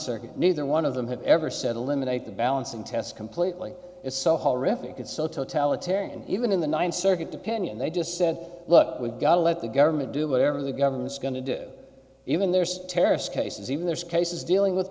circuit neither one of them have ever said eliminate the balancing test completely it's so horrific it's so totalitarian even in the ninth circuit to penny and they just said look we've got to let the government do whatever the government's going to do even there's terrorist cases even there's cases dealing with